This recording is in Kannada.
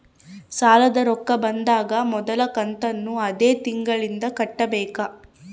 ಸಾಲದ ರೊಕ್ಕ ಬಂದಾಗ ಮೊದಲ ಕಂತನ್ನು ಅದೇ ತಿಂಗಳಿಂದ ಕಟ್ಟಬೇಕಾ?